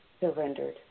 Surrendered